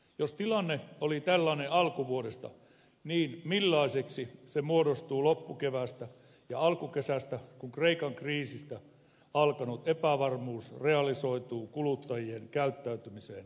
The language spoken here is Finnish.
jos tilanne oli tällainen alkuvuodesta niin millaiseksi se muodostuu loppukeväästä ja alkukesästä kun kreikan kriisistä alkanut epävarmuus realisoituu kuluttajien käyttäytymiseen oikein kunnolla